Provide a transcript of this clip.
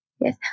Yes